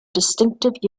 distinctive